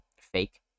fake